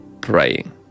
praying